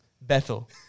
Bethel